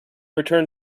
returned